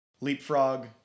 Leapfrog